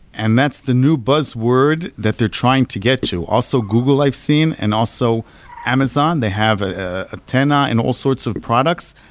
and that's the new buzzword that they're trying to get to. also google, i've seen and also amazon, they have ah antenna and all sorts of products,